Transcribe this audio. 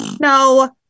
No